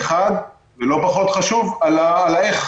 ולא פחות חשוב על ה"איך".